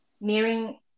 nearing